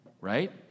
right